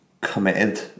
committed